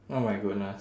oh my goodness